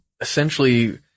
Essentially